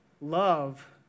Love